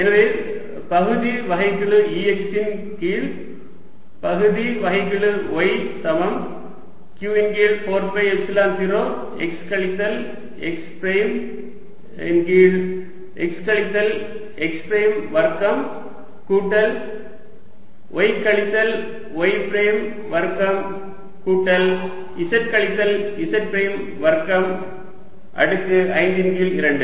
எனவே பகுதி வகைக்கெழு Ex இன் கீழ் பகுதி வகைக்கெழு y சமம் q இன் கீழ் 4 பை எப்சிலன் 0 x கழித்தல் x பிரைம் இன் கீழ் x கழித்தல் x பிரைம் வர்க்கம் கூட்டல் y கழித்தல் y பிரைம் வர்க்கம் கூட்டல் z கழித்தல் z பிரைம் வர்க்கம் அடுக்கு 5 இன் கீழ் 2